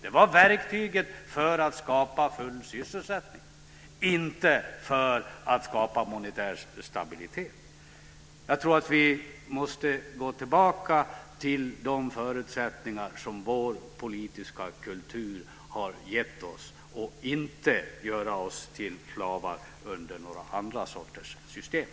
Det var verktyget för att skapa full sysselsättning, inte för att skapa monetär stabilitet. Jag tror att vi måste gå tillbaka till de förutsättningar som vår politiska kultur har gett oss och inte göra oss till slavar under några andra system.